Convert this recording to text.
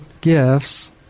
gifts